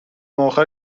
اخر